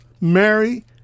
Mary